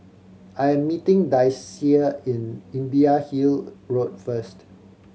I am meeting Daisye in Imbiah Hill Road first